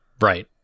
Right